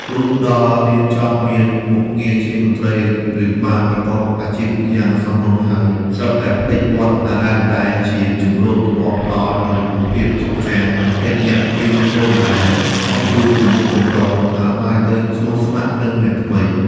លុះដល់រៀនចប់ មានមុខងារជាមន្ត្រី ឬបានប្រកបអាជីពយ៉ាងសមរម្យហើយ ស្រាប់តែភ្លេចវត្តអារាមដែលជាជម្រកធ្លាប់ផ្ដល់នូវភាពសុខសាន្ត ភ្លេចអ្នកមានគុណដែលធ្លាប់ជួយទំនុកបម្រុង ហើយបែរទៅស្ម័គ្រស្មាគមនឹងអ្នកថ្មី ។